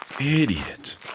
Idiot